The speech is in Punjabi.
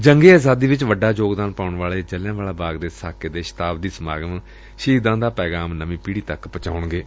ਜੰਗੇ ਆਜ਼ਾਦੀ ਵਿਚ ਵੱਡਾ ਯੋਗਦਾਨ ਪਾਉਣ ਵਾਲੇ ਜਲ਼ਿਆਂ ਵਾਲਾ ਬਾਗ ਦੇ ਸਾਕੇ ਦੇ ਸ਼ਤਾਬਦੀ ਸਮਾਗਮ ਸ਼ਹੀਦਾਂ ਦਾ ਪੈਗਾਮ ਨਵੀਂ ਪੀੜ੍ਹੀ ਤੱਕ ਪੁਚਾਉਣਗੇ